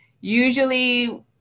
Usually